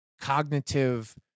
cognitive